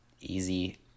Easy